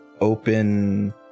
open